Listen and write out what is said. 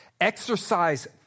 exercise